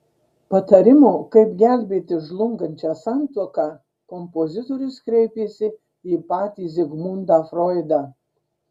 patarimo kaip gelbėti žlungančią santuoką kompozitorius kreipėsi į patį zigmundą froidą